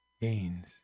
gains